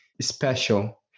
special